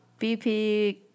BP